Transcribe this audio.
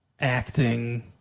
acting